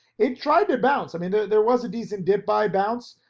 it tried to bounce, i mean, there was a decent dip by bounce,